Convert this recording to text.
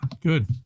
Good